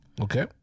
Okay